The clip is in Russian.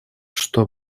что